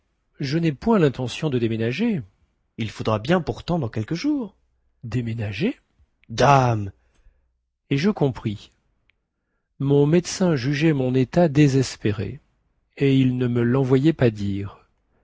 je nai point lintention de déménager il faudra bien pourtant dans quelques jours déménager dame et je compris mon médecin jugeait mon état désespéré et il ne me lenvoyait pas dire